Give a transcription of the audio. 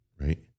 right